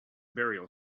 burial